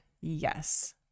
yes